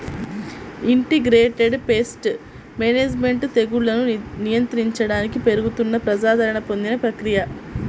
integrated pest management తెగుళ్లను నియంత్రించడానికి పెరుగుతున్న ప్రజాదరణ పొందిన ప్రక్రియ